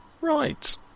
Right